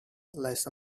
less